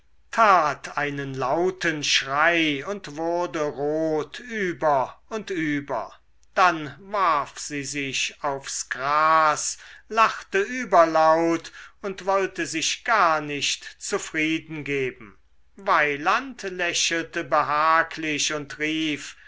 tat einen lauten schrei und wurde rot über und über dann warf sie sich aufs gras lachte überlaut und wollte sich gar nicht zufrieden geben weyland lächelte behaglich und rief